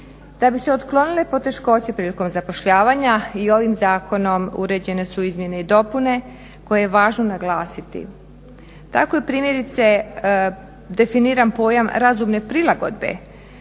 Da bi se otklonile poteškoće prilikom zapošljavanja i ovim zakonom uređene su izmjene i dopune koje je važno naglasiti. Tako je primjerice definiran pojam razumne prilagodbe,